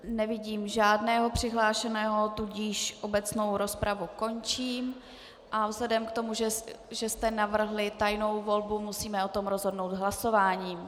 Nevidím žádného přihlášeného, tudíž obecnou rozpravu končím, a vzhledem k tomu, že jste navrhli tajnou volbu, musíme o tom rozhodnout hlasováním.